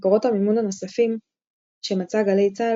מקורות המימון הנוספים שמצאה גלי צה"ל